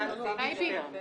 שמת מישהו מהמחנה